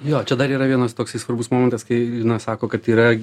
jo čia dar yra vienas toksai svarbus momentas kai lina sako kad yra